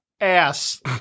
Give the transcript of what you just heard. ass